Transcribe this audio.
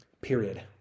Period